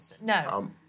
No